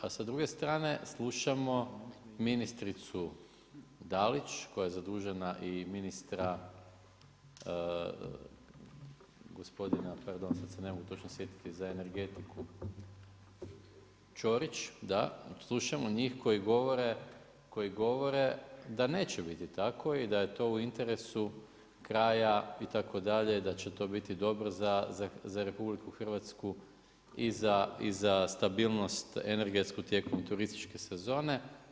A sa druge strane slušamo ministricu Dalić koja je zadužena i ministra gospodina pardon sad se ne mogu točno sjetiti za energetiku Ćorić, slušamo njih koji govore da neće biti tako i da je to u interesu kraja itd., da će to biti dobro za RH i za stabilnost energetsku tijekom turističke sezone.